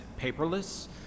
paperless